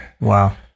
Wow